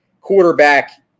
quarterback